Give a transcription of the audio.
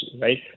right